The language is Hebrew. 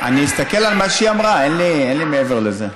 אני אסתכל על מה שהיא אמרה, אין לי מעבר לזה.